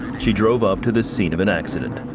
she drove up to the scene of an accident.